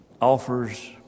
offers